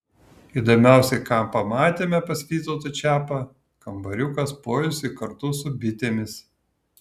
įdomiausia ką pamatėme pas vytautą čiapą kambariukas poilsiui kartu su bitėmis